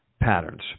patterns